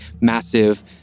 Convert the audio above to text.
massive